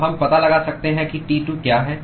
तो हम पता लगा सकते हैं कि T2 क्या है